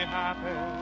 happy